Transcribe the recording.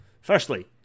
firstly